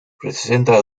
presenta